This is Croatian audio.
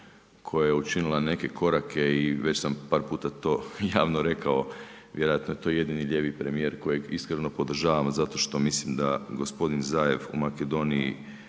koja je učinila neke korake i već sam par puta to javno rekao. Vjerojatno je to jedini lijevi premijer kojeg iskreno podržavam zato što mislim da gospodin Zaev u Makedoniji